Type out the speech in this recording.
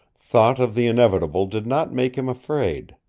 thought of the inevitable did not make him afraid.